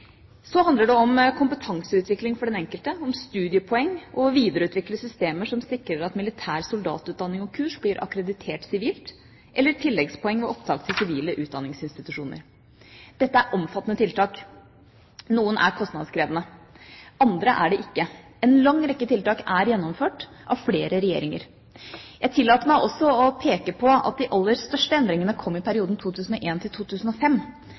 Så handler det om kompetanseutvikling for den enkelte, om studiepoeng og å videreutvikle systemer som sikrer at militær soldatutdanning og kurs blir akkreditert sivilt, eller tilleggspoeng ved opptak til sivile utdanningsinstitusjoner. Dette er omfattende tiltak. Noen er kostnadskrevende, andre er det ikke. En lang rekke tiltak er gjennomført av flere regjeringer. Jeg tillater meg også å peke på at de aller største endringene kom i